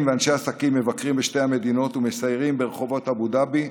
ואנשי עסקים מבקרים בשתי המדינות ומסיירים ברחובות אבו דאבי,